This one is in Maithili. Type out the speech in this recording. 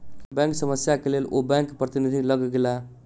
बैंक समस्या के लेल ओ बैंक प्रतिनिधि लग गेला